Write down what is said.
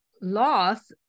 loss